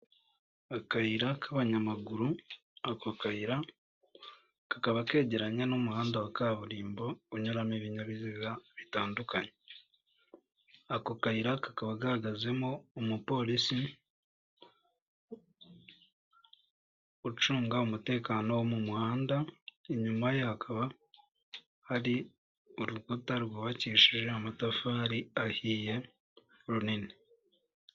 Akayira k'abanyamaguru ako kayira kakaba kegeranye n'umuhanda wa kaburimbo unyuramo ibinyabiziga bitandukanye. Ako kayira kakaba gahagazemo umupolisi ucunga umutekano wo mu muhanda, inyuma hakaba hari urukuta rwubakishije amatafari ahiye runini.